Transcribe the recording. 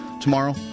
tomorrow